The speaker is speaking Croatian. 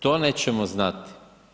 To nećemo znati.